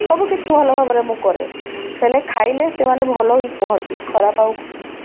ସବୁ କିିଛି ଭଲ ଭାବରେ ମୁଁ କରେ ହେଲେ ଖାଇଲେ ସେମାନେ ଭଲ ହିଁ କୁହନ୍ତି ଖରାପ ଆଉ କୁହନ୍ତିନି